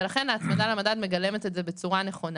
ולכן ההצמדה למדד מגלמת את זה בצורה נכונה.